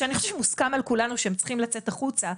שאני חושבת שמוסכם על כולנו שהם צריכים לצאת החוצה.